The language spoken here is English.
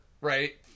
Right